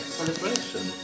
celebration